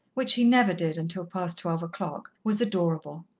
which he never did until past twelve o'clock, was adorable.